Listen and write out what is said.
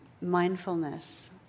mindfulness